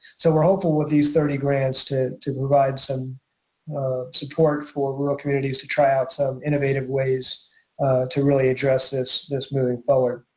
so we're hopeful with these thirty grants to to provide some support for rural communities to try out some innovative ways to really address this this moving forward.